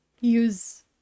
use